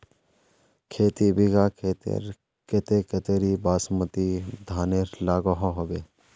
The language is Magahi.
खेती बिगहा खेतेर केते कतेरी बासमती धानेर लागोहो होबे?